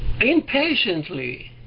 impatiently